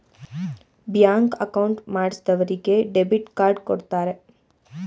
bank account ಮಾಡಿಸಿದರಿಗೆ debit card ಕೊಡ್ತಾರೆ